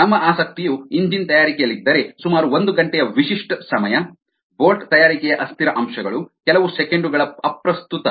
ನಮ್ಮ ಆಸಕ್ತಿಯು ಎಂಜಿನ್ ತಯಾರಿಕೆಯಲ್ಲಿದ್ದರೆ ಸುಮಾರು ಒಂದು ಗಂಟೆಯ ವಿಶಿಷ್ಟ ಸಮಯ ಬೋಲ್ಟ್ ತಯಾರಿಕೆಯ ಅಸ್ಥಿರ ಅಂಶಗಳು ಕೆಲವು ಸೆಕೆಂಡು ಗಳು ಅಪ್ರಸ್ತುತ